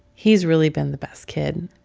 he's really been the best kid.